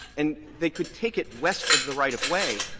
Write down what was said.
and they could take it west of the right-of-way,